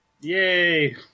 Yay